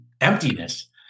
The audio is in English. emptiness